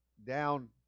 Down